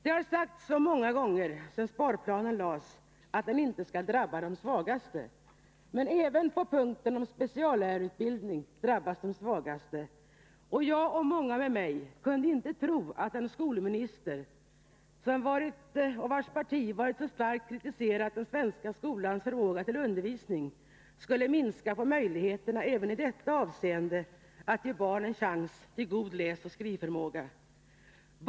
Det har många gånger sedan sparplanen lades fram sagts att den inte skall drabba de svagaste, men även på punkten om speciallärarutbildning drabbas de svagaste. Jag och många med mig kunde inte tro att en skolminister vars parti så starkt kritiserat den svenska skolans förmåga till undervisning skulle 81 minska på möjligheterna att även i detta avseende ge barn en chans till god läsoch skrivförmåga.